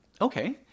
Okay